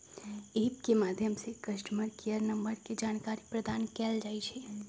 app के माध्यम से कस्टमर केयर नंबर के जानकारी प्रदान कएल जाइ छइ